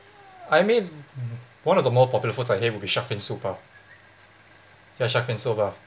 I mean one of the more popular foods I hate would be shark fin's soup ah ya shark fin's soup ah